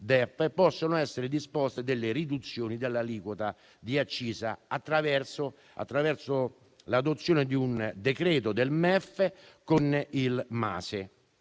possono essere disposte delle riduzioni dell'aliquota di accisa attraverso l'adozione di un decreto del MEF con il Mase.